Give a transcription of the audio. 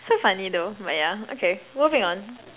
so funny though but yeah okay moving on